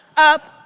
up,